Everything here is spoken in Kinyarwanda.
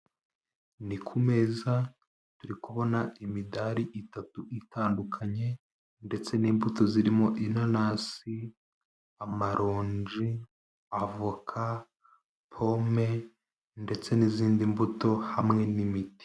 Ni ku meza turi kubona imidari itatu itandukanye ndetse n'imbuto zirimo inanasi, amaronji , avoka, pome ndetse n'izindi mbuto hamwe n'imiti.